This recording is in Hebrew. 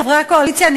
חברי הקואליציה,